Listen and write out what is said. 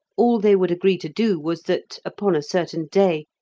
all they would agree to do was that, upon a certain day,